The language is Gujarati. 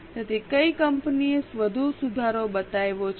તેથી કઈ કંપનીએ વધુ સુધારો બતાવ્યો છે